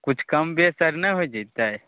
किछु कम बेस आओर नहि हो जएतै